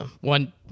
one